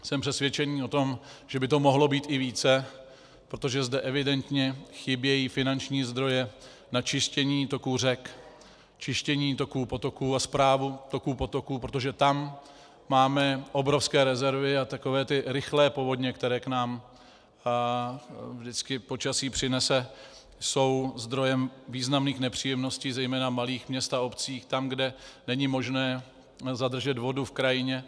Jsem přesvědčen o tom, že by to mohlo být i více, protože zde evidentně chybějí finanční zdroje na čištění toků řek, čištění toků potoků a správu toků potoků, protože tam máme obrovské rezervy a takové ty rychlé povodně, které k nám vždycky počasí přinese, jsou zdrojem významných nepříjemností zejména v malých městech a obcích, tam, kde není možné zadržet vodu v krajině.